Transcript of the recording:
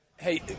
Hey